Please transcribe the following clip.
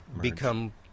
become